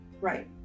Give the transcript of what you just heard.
Right